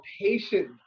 patient